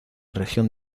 región